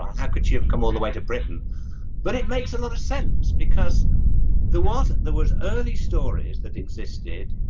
ah how could she have come all the way to britain but it makes a lot of sense because there was there was early stories that existed